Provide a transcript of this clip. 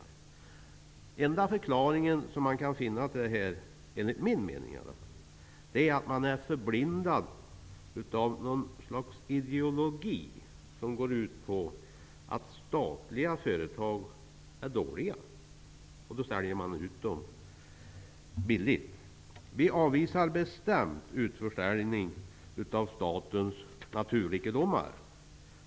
Den enda förklaringen till detta, som jag kan finna, är att man är förblindad av något slags ideologi som går ut på att statliga företag är dåliga. Därför säljs de ut billigt. Vi avvisar bestämt utförsäljning av statens naturrikedomar.